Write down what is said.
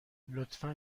لطفا